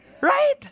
Right